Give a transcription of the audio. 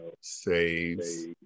saves